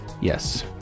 Yes